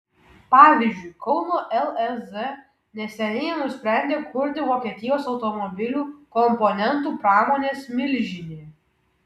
pavyzdžiui kauno lez neseniai nusprendė kurti vokietijos automobilių komponentų pramonės milžinė